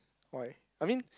why I mean